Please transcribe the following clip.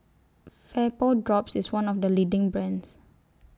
Vapodrops IS one of The leading brands